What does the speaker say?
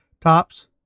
tops